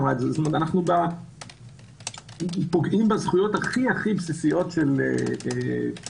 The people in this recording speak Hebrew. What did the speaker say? אנו פוגעים בזכויות הכי בסיסיות של אזרחים